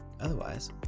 Otherwise